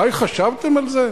אולי חשבתם על זה?